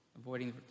avoiding